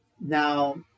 Now